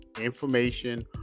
information